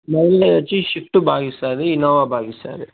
mileage వచ్చి Swift బాగా ఇస్తుంది ఇన్నోవా బాగా ఇస్తుంది